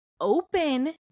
open